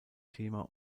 thema